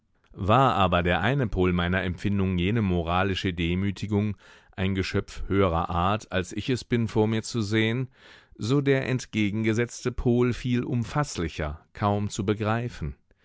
war aber der eine pol meiner empfindung jene moralische demütigung ein geschöpf höherer art als ich es bin vor mir zu sehen so der entgegengesetzte pol viel umfaßlicher kaum zu begreifen